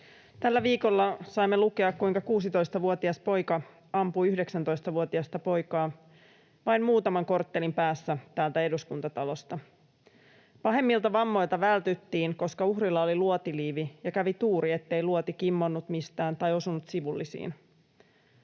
Tällä viikolla saimme lukea, kuinka 16-vuotias poika ampui 19-vuotiasta poikaa vain muutaman korttelin päässä täältä Eduskuntatalosta. Pahemmilta vammoilta vältyttiin, koska uhrilla oli luotiliivi, ja kävi tuuri, ettei luoti kimmonnut mistään tai osunut sivullisiin.